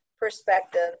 perspective